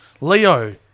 Leo